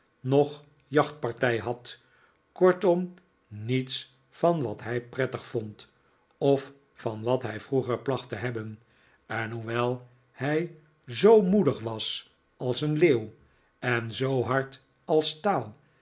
noch jachtpartij had kortom niets van wat hij prettig vond of van wat hij vroeger placht te hebben en hoewel hij zoo moedig was als een leeuw en zoo hard als staal